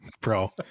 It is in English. bro